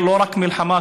זה לא רק מלחמה,